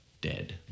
dead